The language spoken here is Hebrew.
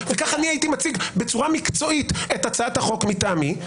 וכך הייתי מציג בצורה מקצועית את הצעת החוק מטעמי,